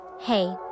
Hey